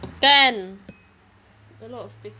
kan a lot of thing